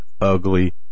ugly